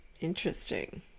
Interesting